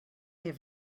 have